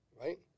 right